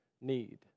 need